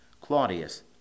Claudius